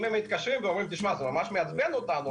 מתקשרים ואומרים שזה ממש מעצבן אותם,